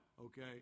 okay